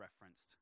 referenced